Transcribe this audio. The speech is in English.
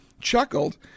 chuckled